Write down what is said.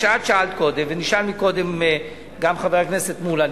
מה שאת שאלת קודם ושאל קודם גם חבר הכנסת מולה,